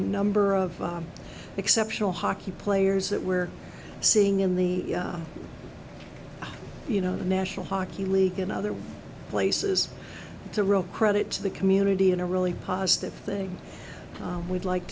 number of exceptional hockey players that we're seeing in the you know the national hockey league and other bases it's a real credit to the community in a really positive thing we'd like